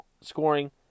scoring